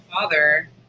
father